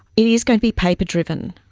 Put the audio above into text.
it is going to be paper driven,